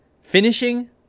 finishing